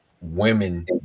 women